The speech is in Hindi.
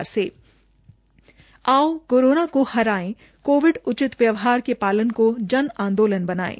आओ कोरोना को हराए कोविड उचित व्यवहार के पालन को जन आंदोलन बनायें